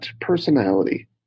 personality